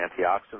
antioxidant